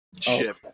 ship